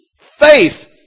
faith